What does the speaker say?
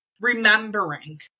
remembering